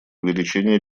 увеличения